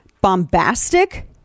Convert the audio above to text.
bombastic